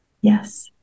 Yes